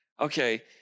okay